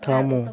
থামো